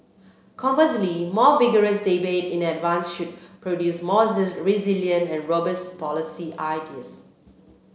conversely more vigorous debate in advance should produce more resilient and robust policy ideas